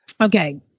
Okay